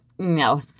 No